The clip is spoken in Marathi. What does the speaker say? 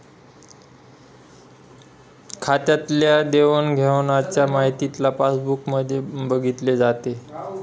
खात्यातल्या देवाणघेवाणच्या माहितीला पासबुक मध्ये बघितले जाते